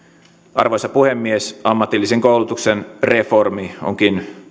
arvoisa puhemies ammatillisen koulutuksen reformi onkin